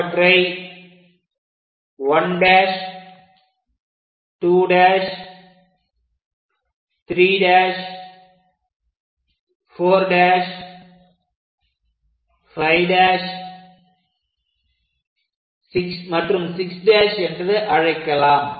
அவற்றை 1' 2' 3' 4' 5' மற்றும் 6' என்று அழைக்கலாம்